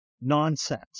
nonsense